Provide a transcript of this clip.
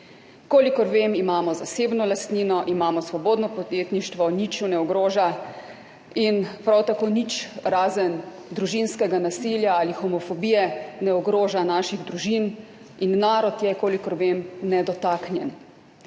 Kolikor vem, imamo zasebno lastnino, imamo svobodno podjetništvo, nič je ne ogroža in prav tako nič, razen družinskega nasilja ali homofobije, ne ogroža naših družin in narod je, kolikor vem, nedotaknjen.